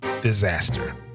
disaster